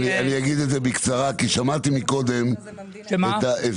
אני אגיד את זה בקצרה כי שמעתי מקודם את ההסברים.